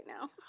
now